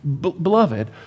Beloved